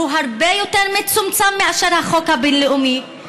שהוא הרבה יותר מצומצם מאשר החוק הבין-לאומי,